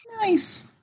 Nice